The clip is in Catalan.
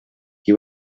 qui